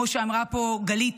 כמו שאמרה פה גלית,